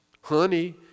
Honey